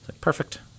Perfect